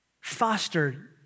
fostered